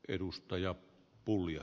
arvoisa puhemies